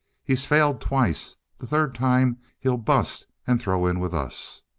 he's failed twice the third time he'll bust and throw in with us.